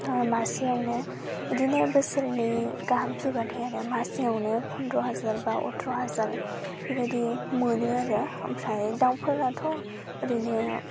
मासेयावनो बिदिनो बोसोरनि गाहाम फिबाथाय आङोमासेयावनो फनद्र हाजार बा अथ्र हाजार बेफोर बायदि मोनो आरो ओमफ्राय दावफोराथ' एरैनो